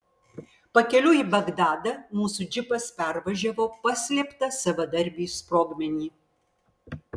pakeliui į bagdadą mūsų džipas pervažiavo paslėptą savadarbį sprogmenį